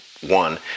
one